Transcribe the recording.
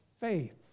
faith